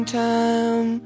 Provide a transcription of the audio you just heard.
time